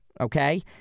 Okay